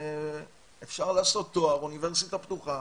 אפשר לעשות תואר באוניברסיטה פתוחה.